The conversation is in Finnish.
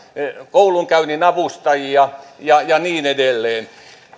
koulunkäyntiavustajia ja ja niin edelleen